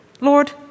Lord